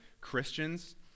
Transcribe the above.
Christians